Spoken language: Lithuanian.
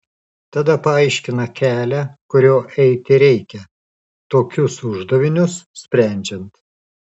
tada paaiškina kelią kuriuo eiti reikia tokius uždavinius sprendžiant